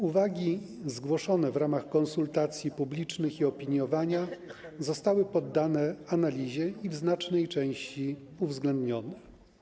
Uwagi zgłoszone w ramach konsultacji publicznych i opiniowania zostały poddane analizie i w znacznej części uwzględnione.